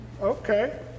Okay